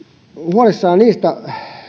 huolissani niistä